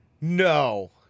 no